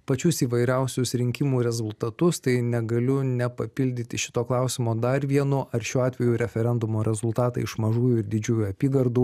pačius įvairiausius rinkimų rezultatus tai negaliu nepapildyti šito klausimo dar vienu ar šiuo atveju referendumo rezultatai iš mažųjų ir didžiųjų apygardų